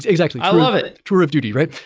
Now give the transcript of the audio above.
exactly i love it tour of duty, right?